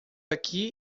aqui